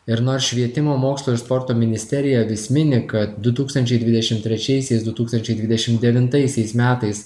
ir nors švietimo mokslo ir sporto ministerija vis mini kad du tūkstančiai dvidešim trečiaisiais du tūkstančiai dvidešim devintaisiais metais